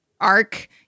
arc